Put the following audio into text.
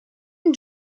and